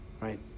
right